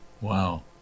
Wow